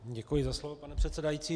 Děkuji za slovo, pane předsedající.